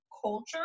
culture